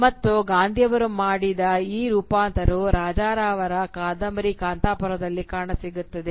ಮತ್ತು ಗಾಂಧಿಯವರು ಮಾಡಿದ ಈ ರೂಪಾಂತರವು ರಾಜಾ ರಾವ್ ಅವರ ಕಾದಂಬರಿ "ಕಾಂತಪುರ" ದಲ್ಲಿ ಕಾಣಸಿಗುತ್ತದೆ